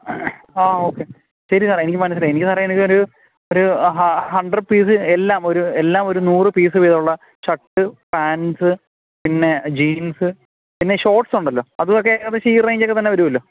ആ ഓക്കെ ശരി സാറെ എനിക്ക് മനസ്സിലായി എനിക്ക് സാറേ എനിക്കൊരു ഒരു ഹൺഡ്രഡ് പീസ് എല്ലാം ഒരു എല്ലാം ഒരു നൂറ് പീസ് വീതം ഉള്ള ഷർട്ട് പാൻസ് പിന്നെ ജീൻസ് പിന്നെ ഷോർട്ട്സ് ഉണ്ടല്ലോ അതും ഒക്കെ ഏകദേശം ഈ റേഞ്ച് ഒക്കെ തന്നെ വരുമല്ലോ